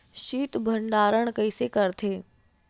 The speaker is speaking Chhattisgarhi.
शीत भंडारण कइसे करथे?